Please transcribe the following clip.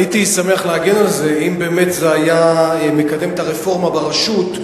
הייתי שמח להגן על זה אם באמת זה היה מקדם את הרפורמה ברשות.